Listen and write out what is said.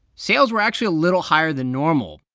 sales were actually a little higher than normal.